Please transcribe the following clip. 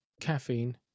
caffeine